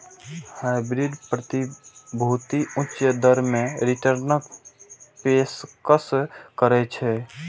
hybrid प्रतिभूति उच्च दर मे रिटर्नक पेशकश करै छै